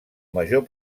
major